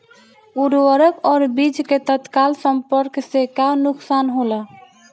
उर्वरक और बीज के तत्काल संपर्क से का नुकसान होला?